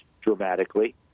dramatically